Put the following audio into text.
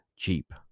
cheap